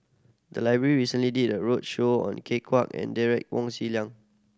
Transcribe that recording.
the library recently did a roadshow on Ken Kwek and Derek Wong Zi Liang